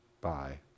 Bye